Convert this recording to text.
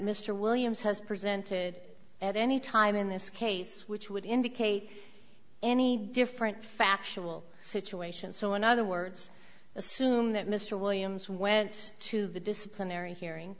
mr williams has presented at any time in this case which would indicate any different factual situation so in other words assume that mr williams went to the disciplinary hearing